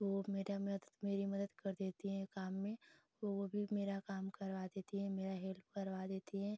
तो वह मेरा मदद मेरी मदद कर देती हैं काम में तो वह भी मेरा काम करवा देती हैं मेरी हेल्प करवा देती हैं